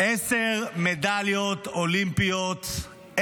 עשר מדליות אולימפיות,